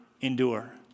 endure